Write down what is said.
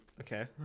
Okay